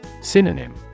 Synonym